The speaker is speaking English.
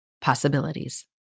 possibilities